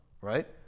right